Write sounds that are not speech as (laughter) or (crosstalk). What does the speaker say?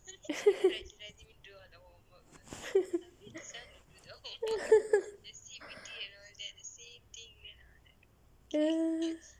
(laughs) ya